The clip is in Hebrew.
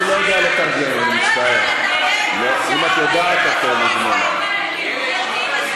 אני מבקשת, אני רוצה לדעת מה הוא אמר עכשיו.